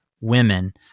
women